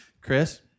Chris